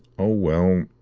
oh well,